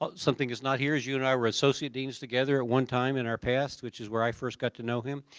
but something that is not here as you and i were associate deans together at one time in our past which is where i first got to know him.